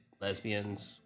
lesbians